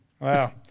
Wow